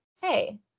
hey